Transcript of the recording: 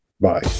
bye